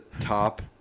top